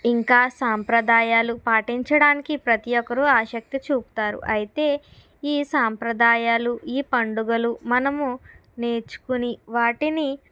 ఇంకా సాంప్రదాయాలు పాటించడానికి ప్రతి ఒక్కరు ఆసక్తి చూపుతారు అయితే ఈ సాంప్రదాయాలు ఈ పండుగలు మనము నేర్చుకుని వాటిని